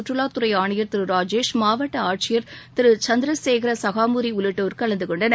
சுற்றுவாத் துறை ஆணையர் திரு ராஜேஷ் மாவட்ட ஆட்சியர் திரு சந்திரசேகர சகாமூரி உள்ளிட்டோர் கலந்துகொண்டனர்